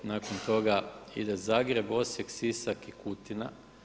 Nakon toga ide Zagreb, Osijek, Sisak i Kutina.